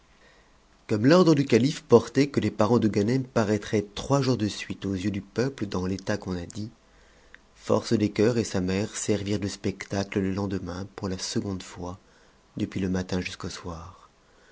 comme l'ordre du calife portait que les parents de ganem paraîtraient trois jours de suite aux yeux du peuple dans l'état qu'on a dit force des cœurs et sa mère servirent de spectacle le lendemain pour la seconde bis depuis le matin jusqu'au soir